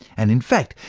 and in fact,